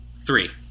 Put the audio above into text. Three